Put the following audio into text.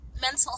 mental